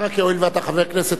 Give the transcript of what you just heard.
הואיל ואתה חבר כנסת חדש,